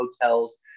hotels